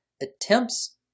attempts